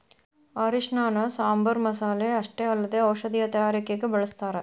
ಅರಿಶಿಣನ ಸಾಂಬಾರ್ ಮಸಾಲೆ ಅಷ್ಟೇ ಅಲ್ಲದೆ ಔಷಧೇಯ ತಯಾರಿಕಗ ಬಳಸ್ಥಾರ